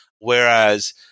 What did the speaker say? whereas